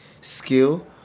skill